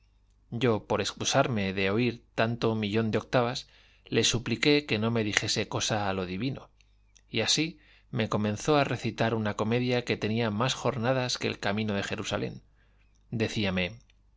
yo por excusarme de oír tanto millón de octavas le supliqué que no me dijese cosa a lo divino y así me comenzó a recitar una comedia que tenía más jornadas que el camino de jerusalén decíame